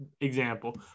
example